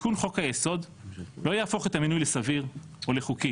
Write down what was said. תיקון חוק היסוד לא יהפוך את המינוי לסביר או לחוקי